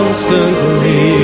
constantly